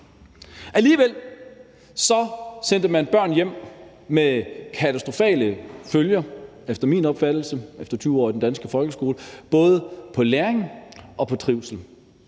Alligevel sendte man børn hjem med katastrofale følger – efter min opfattelse efter 20 år i den danske folkeskole – både i forhold til læring og trivsel.